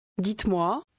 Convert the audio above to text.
Dites-moi